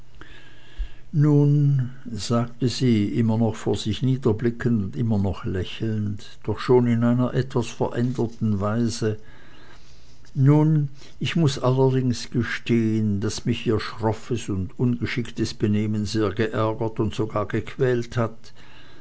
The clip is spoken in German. nun sagte sie immer vor sich niederblickend und immer noch lächelnd doch schon in einer etwas veränderten weise nun ich muß allerdings gestehen daß mich ihr schroffes und ungeschicktes benehmen sehr geärgert und sogar gequält hat